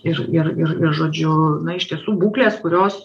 ir ir ir ir žodžiu na iš tiesų būklės kurios